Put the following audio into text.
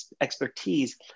expertise